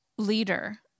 leader